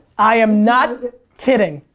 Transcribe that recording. i am not kidding.